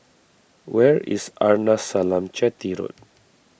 where is Arnasalam Chetty Road